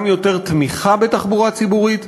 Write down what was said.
גם יותר תמיכה בתחבורה ציבורית,